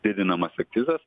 didinamas akcizas